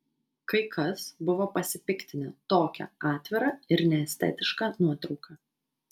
kai kas buvo pasipiktinę tokia atvira ir neestetiška nuotrauka